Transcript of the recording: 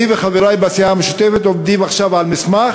אני וחברי בסיעה המשותפת עובדים עכשיו על מסמך